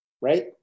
right